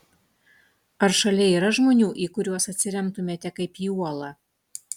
ar šalia yra žmonių į kuriuos atsiremtumėte kaip į uolą